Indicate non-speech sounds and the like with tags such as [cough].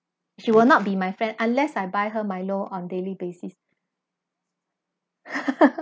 she will not be my friend unless I buy her milo on daily basis [laughs]